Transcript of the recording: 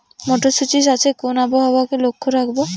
মটরশুটি চাষে কোন আবহাওয়াকে লক্ষ্য রাখবো?